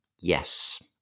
yes